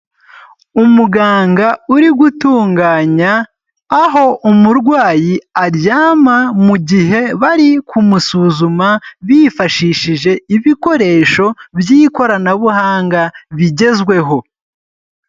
Umuganga uri gutunganya aho umurwayi aryama mu gihe bari kumusuzuma bifashishije ibikoresho by'ikoranabuhanga bigezweho.